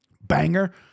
banger